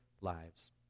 lives